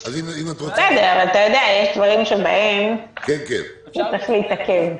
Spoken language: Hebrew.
יודע, יש דברים שבהם צריך להתעכב.